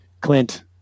Clint